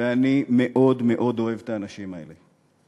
ואני מאוד מאוד אוהב את האנשים האלה.